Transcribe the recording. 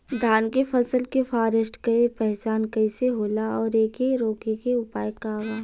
धान के फसल के फारेस्ट के पहचान कइसे होला और एके रोके के उपाय का बा?